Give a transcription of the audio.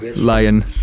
Lion